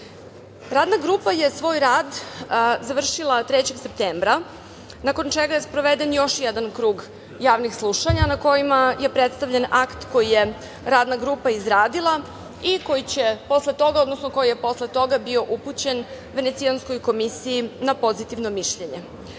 grupa je svoj rad završila 3. septembra, nakon čega je sproveden još jedan krug javnih slušanja, na kojima je predstavljen akt koji je Radna grupa izradila i koji je posle toga bio upućen Venecijanskoj komisiji na pozitivno mišljenje. Ono